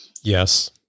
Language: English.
yes